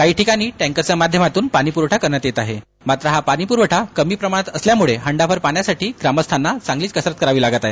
काही ठिकाणी टँकरच्या माध्यमातून पाणी पुरवठा करण्यात येत आहे मात्र हा पुरवठा कमी प्रमाणात असल्यामुळे हंडा भर पाण्याकरिता ग्रामस्थांना चांगलीच कसरत करावी लागत आहे